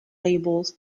labels